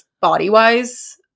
body-wise